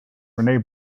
renee